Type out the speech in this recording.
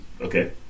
Okay